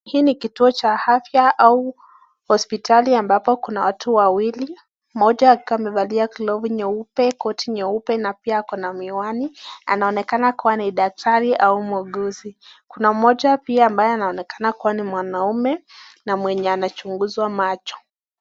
Hii ni kituo cha afya au hospitali ambapo kuna watu wawili. Mmoja ako amevalia glovu nyeupe, koti nyeupe na pia ako na miwani. Anaonekana kuwa ni daktari au muuguzi. Kuna mmoja pia ambaye anaonekana kuwa ni mwanamume na mwenye anachunguzwa macho.